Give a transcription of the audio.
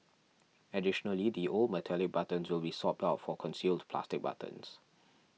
additionally the old metallic buttons will be swapped out for concealed plastic buttons